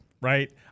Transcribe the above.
right